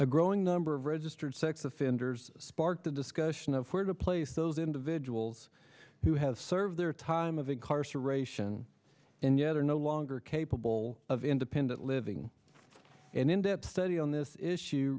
a growing number of registered sex offenders sparked a discussion of where to place those individuals who have served their time of incarceration and yet are no longer capable of independent living and in depth study on this issue